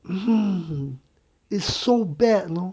hmm is so bad you know